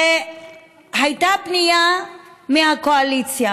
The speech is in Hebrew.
הייתה פנייה מהקואליציה,